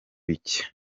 biki